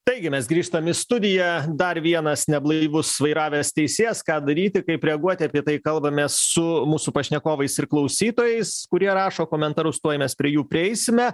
taigi mes grįžtam į studiją dar vienas neblaivus vairavęs teisėjas ką daryti kaip reaguoti apie tai kalbamės su mūsų pašnekovais ir klausytojais kurie rašo komentarus tuoj mes prie jų prieisime